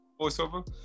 voiceover